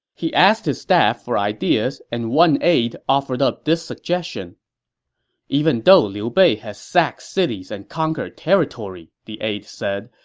he asked his staff for ideas, and one aide offered up this idea and even though liu bei has sacked cities and conquered territory, the aide said,